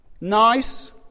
Nice